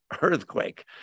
earthquake